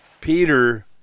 Peter